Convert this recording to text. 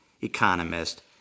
economist